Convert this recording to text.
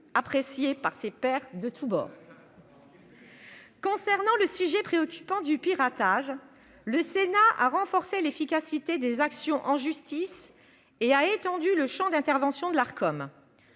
appréciée par ses pairs de tous bords. N'en jetez plus ! Concernant le sujet préoccupant du piratage, le Sénat a renforcé l'efficacité des actions en justice et a étendu le champ d'intervention de l'Arcom.